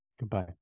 Goodbye